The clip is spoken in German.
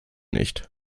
nicht